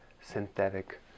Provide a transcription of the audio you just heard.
synthetic